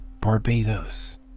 Barbados